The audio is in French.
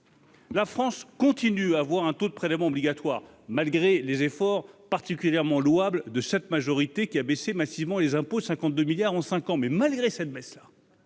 La France continue à avoir un taux de prélèvements obligatoires, malgré les efforts particulièrement louable de cette majorité qui à baisser massivement les impôts 52 milliards en 5 ans, mais malgré cette baisse là.